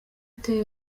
uteye